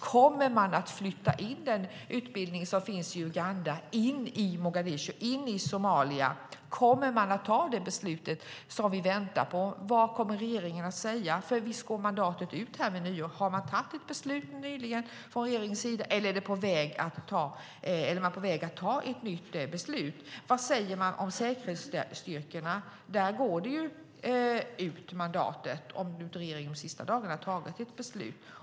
Kommer man att flytta den utbildning som finns i Uganda in i Mogadishu och in i Somalia? Kommer man att fatta det beslut som vi väntar på? Vad kommer regeringen att säga - för visst går mandatet ut vid nyår? Har man fattat ett beslut nyligen från regeringens sida, eller är man på väg att fatta ett nytt beslut? Vad säger man om säkerhetsstyrkorna? Där går mandatet ut om inte regeringen under de senaste dagarna har fattat ett beslut.